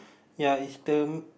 ya it's the